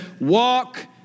Walk